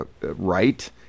right